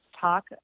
Talk